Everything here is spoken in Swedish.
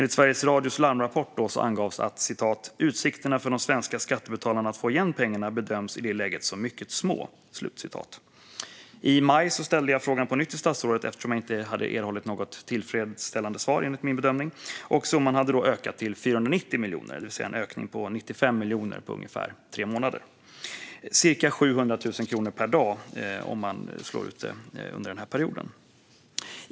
I Sveriges Radios larmrapport angavs att utsikterna för de svenska skattebetalarna att få igen pengarna i det läget bedöms som mycket dåliga. I maj ställde jag på nytt frågan till statsrådet, eftersom jag enligt min bedömning inte hade erhållit något tillfredsställande svar. Summan hade då ökat till 490 miljoner. Den hade alltså ökat med 95 miljoner på ungefär tre månader, eller cirka 700 000 kronor per dag om man slår ut den över den här perioden.